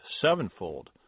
sevenfold